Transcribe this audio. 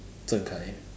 Zhen Kai